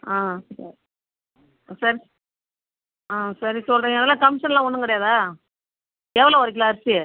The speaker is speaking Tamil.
ஆ சரி சரி ஆ சரி சொல்கிறேன் எதனால் கமிஷன்லாம் ஒன்றும் கிடையாதா எவ்வளோ ஒரு கிலோ அரிசி